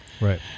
Right